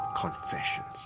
Confessions